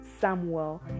Samuel